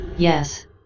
Yes